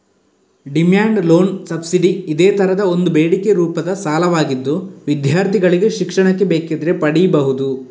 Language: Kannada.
ಡಿಮ್ಯಾಂಡ್ ಲೋನ್ ಸಬ್ಸಿಡಿ ಇದೇ ತರದ ಒಂದು ಬೇಡಿಕೆ ರೂಪದ ಸಾಲವಾಗಿದ್ದು ವಿದ್ಯಾರ್ಥಿಗಳಿಗೆ ಶಿಕ್ಷಣಕ್ಕೆ ಬೇಕಿದ್ರೆ ಪಡೀಬಹುದು